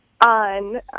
on